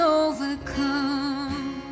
overcome